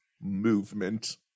movement